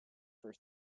for